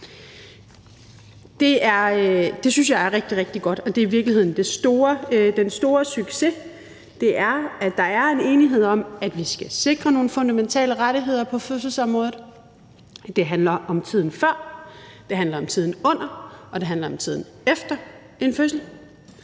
Det synes jeg er rigtig, rigtig godt, og det, der i virkeligheden er den store succes, er, at der er en enighed om, at vi skal sikre nogle fundamentale rettigheder på fødselsområdet. Det handler om tiden før og det handler om tiden under og det handler om tiden efter en fødsel.